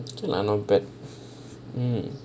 okay lah not bad hmm